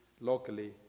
locally